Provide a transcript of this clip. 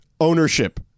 Ownership